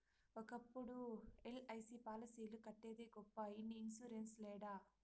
ఒకప్పుడు ఎల్.ఐ.సి పాలసీలు కట్టేదే గొప్ప ఇన్ని ఇన్సూరెన్స్ లేడ